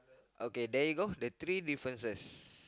okay there you go the three differences